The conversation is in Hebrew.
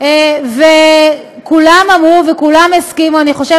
כולם מסכימים, ואני יודעת